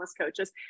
Coaches